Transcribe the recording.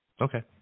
Okay